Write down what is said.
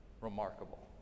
remarkable